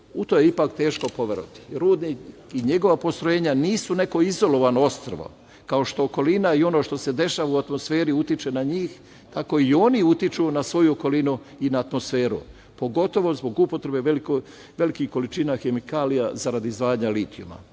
U to je ipak teško poverovati. Rudnik i njegova postrojenja nisu neko izolovano ostrvo, kao što okolina i ono što se dešava u atmosferi utiče na njih, ako i oni utiču na svoju okolinu i na atmosferu, pogotovo zbog upotrebe velikih količina hemikalija za radi izdvajanja litijuma. Oni